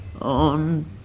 on